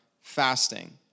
fasting